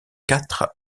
quatre